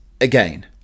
again